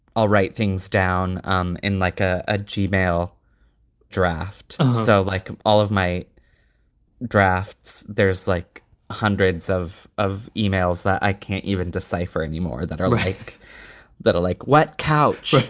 i'll write things down um in like a a g mail draft. um so like all of my drafts, there's like hundreds of of emails that i can't even decipher anymore that are like that are like what cow shit.